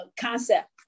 concept